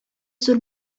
зур